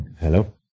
Hello